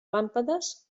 làmpades